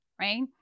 right